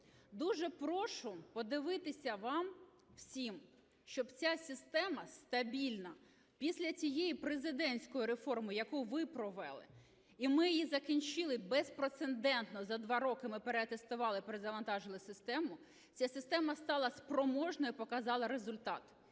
Дуже прошу подивитися вам всім, щоб ця система стабільна після цієї президентської реформи, яку ви провели, і ми її закінчили безпрецедентно, за два роки переатестували і перезавантажили систему, ця система стала спроможною і показала результат.